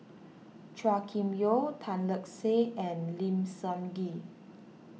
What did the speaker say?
Chua Kim Yeow Tan Lark Sye and Lim Sun Gee